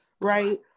right